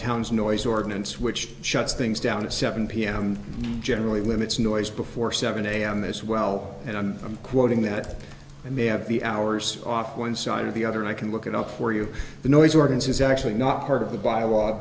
town's noise ordinance which shuts things down at seven pm generally limits noise before seven am as well and i'm quoting that and they have the hours off one side or the other i can look it up for you the noise ordinance is actually not part of the by law